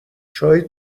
چای